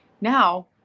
now